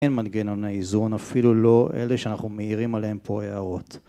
אין מנגנוני איזון, אפילו לא אלה שאנחנו מעירים עליהם פה הערות.